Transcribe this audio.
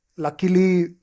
Luckily